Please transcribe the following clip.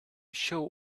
show